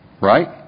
Right